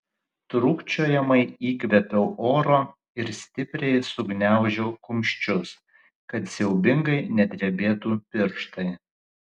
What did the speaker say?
trūkčiojamai įkvėpiau oro ir stipriai sugniaužiau kumščius kad siaubingai nedrebėtų pirštai